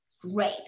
great